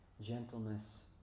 gentleness